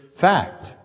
fact